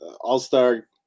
all-star